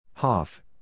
HOFF